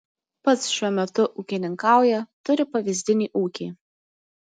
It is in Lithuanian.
pats šiuo metu ūkininkauja turi pavyzdinį ūkį